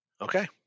Okay